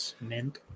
mint